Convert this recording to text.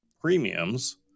premiums